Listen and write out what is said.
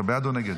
אתה בעד או נגד?